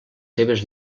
seves